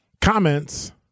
comments